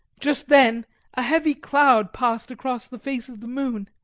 just then a heavy cloud passed across the face of the moon,